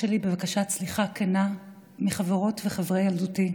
בבקשת סליחה כנה מחברות וחברי ילדותי,